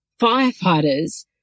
firefighters